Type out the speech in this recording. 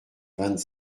vingt